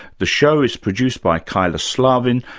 the show is produced by kyla slaven,